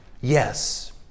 Yes